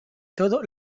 todo